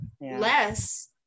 less